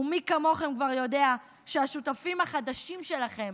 ומי כמוכם כבר יודע שהשותפים החדשים שלכם,